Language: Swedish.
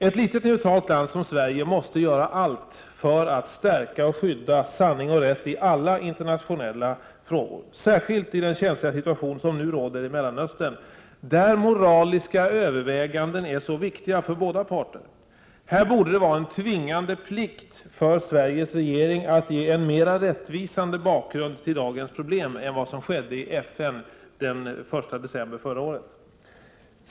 Ett litet neutralt land som Sverige måste göra allt för att stärka och skydda sanning och rätt i alla internationella frågor — särskilt i den känsliga situation som nu råder i Mellanöstern, där moraliska överväganden är så viktiga för båda parter. Här borde det vara en tvingande plikt för Sveriges regering att ge en mera rättvisande bakgrund till dagens problem än som skedde i FN den 1 december förra året.